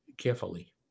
Carefully